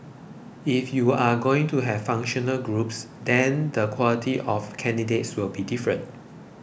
if you're going to have functional groups then the quality of candidates will be different